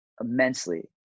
immensely